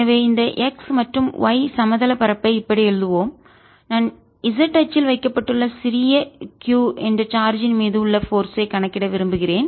எனவே இந்த x மற்றும் y சமதள பரப்பை இப்படி எழுதுவோம் நான் z அச்சில் வைக்கப்பட்டுள்ள சிறிய q என்ற சார்ஜ் யின் மீது உள்ள போர்ஸ் ஐ சக்தியைக் கணக்கிட விரும்புகிறேன்